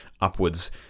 upwards